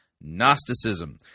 Gnosticism